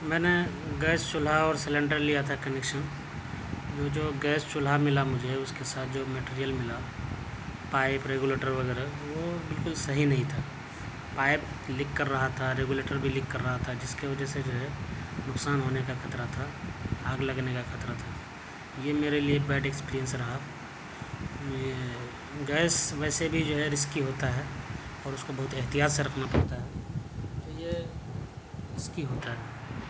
میں نے گیس چولھا اور سلنڈر لیا تھا کنیکشن وہ جو گیس چولھا ملا مجھے اس کے ساتھ جو میٹیریل ملا پائپ رگولیٹر وغیرہ وہ بالکل صحیح نہیں تھا پائپ لیک کر رہا تھا رگولیٹر بھی لیک کر رہا تھا جس کے وجہ سے جو ہے نقصان ہونے کا خطرہ تھا آگ لگنے کا خطرہ تھا یہ میرے لیے بیڈ اکسپیرینس رہا گیس ویسے بھی جو ہے رسکی ہوتا ہے اور اس کو بہت احتیاط سے رکھنا پڑتا ہے تو یہ رسکی ہوتا ہے